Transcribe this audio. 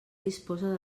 disposa